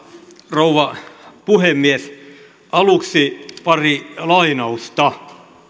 rouva puhemies aluksi pari lainausta